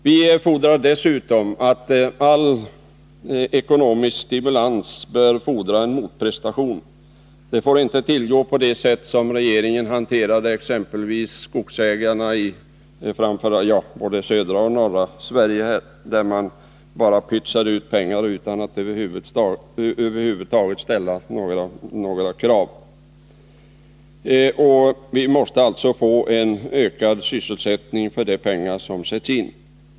Vi anser dessutom att all ekonomisk stimulans bör fordra motprestationer. Det får inte tillgå på det sätt som regeringen hanterade skogsägarna på, både i norra och i södra Sverige, när man bara pytsade in pengar utan att över huvud taget ställa några krav. Vi måste alltså få ökad sysselsättning för de pengar som sätts in.